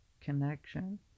connection